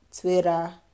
Twitter